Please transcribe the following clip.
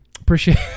Appreciate